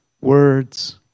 words